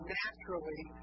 naturally